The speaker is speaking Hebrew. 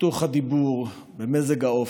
בחיתוך הדיבור ובמזג האופי.